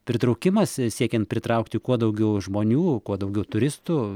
pritraukimas siekiant pritraukti kuo daugiau žmonių kuo daugiau turistų